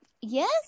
Yes